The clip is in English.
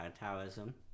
Taoism